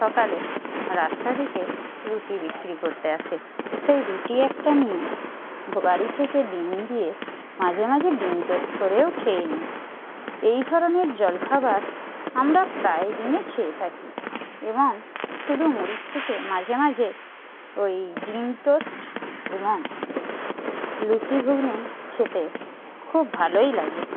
সকালে রাস্তা থেকে রুটি বিক্রি করতে আসে সেই রুটি একটা নিয়ে বাড়ি থেকে ডিম দিয়ে মাঝে মাঝে ডিম টোস্ট করেও খেয়ে নিই এই ধরনের জলখাবার আমরা প্রায় দিনে খেয়ে থাকি এবং শুধু মুড়ির থেকে মাঝে মাঝে ওই ডিম টোস্ট এবং লুচি ঘুগনি খেতে খুব ভালোই লাগে